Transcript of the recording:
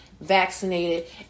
vaccinated